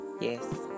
yes